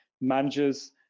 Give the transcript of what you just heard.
Managers